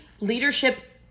leadership